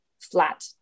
flat